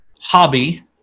hobby